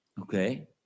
Okay